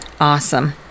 Awesome